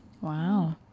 Wow